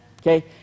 Okay